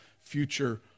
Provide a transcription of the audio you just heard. future